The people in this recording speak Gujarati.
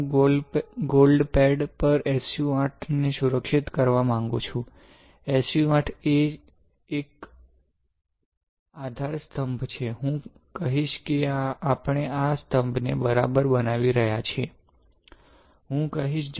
હું ગોલ્ડ પેડ પર SU 8 ને સુરક્ષિત કરવા માંગુ છું SU 8 એ એક આધારસ્તંભ છે હું કહીશ કે આપણે આ સ્તંભ ને બરાબર બનાવી રહ્યા છીએ હું કહીશ